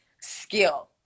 skill